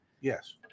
Yes